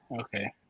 Okay